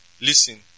Listen